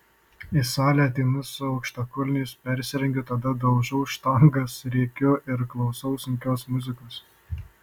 į salę ateinu su aukštakulniais persirengiu tada daužau štangas rėkiu ir klausau sunkios muzikos